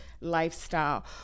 lifestyle